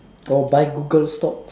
or buy Google stocks